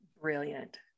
Brilliant